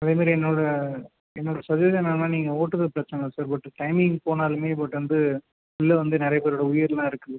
அதே மாதிரி என்னோடய என்னோடய சஜஷன் என்னென்னால் நீங்கள் ஓட்டுவது பிரச்சனை இல்லை சார் பட்டு டைமிங் போனாலும் பட் வந்து உள்ளே வந்து நிறைய பேரோடய உயிரெலாம் இருக்குது